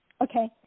Okay